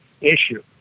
issue